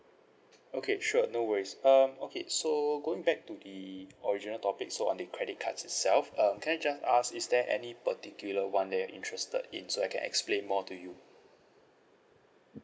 okay sure no worries um okay so going back to the original topic so on the credit cards itself um can I just ask is there any particular one that you're interested in so I can explain more to you